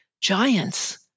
giants